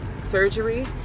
surgery